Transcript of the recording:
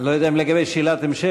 אני לא יודע אם לגבי שאלת המשך,